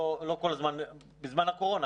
נכון, זה בזמן הקורונה.